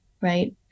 Right